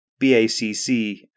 BACC